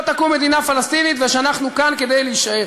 תקום מדינה פלסטינית ושאנחנו כאן כדי להישאר.